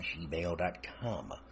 gmail.com